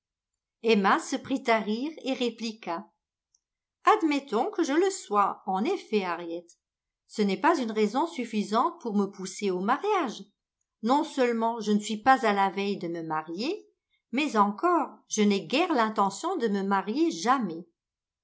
emma se prit à rire et répliqua admettons que je le sois en effet harriet ce n'est pas une raison suffisante pour me pousser au mariage non seulement je ne suis pas à la veille de me marier mais encore je n'ai guère l'intention de me marier jamais